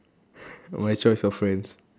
my choice of friends